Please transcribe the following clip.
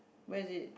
where is it